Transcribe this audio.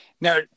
now